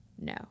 No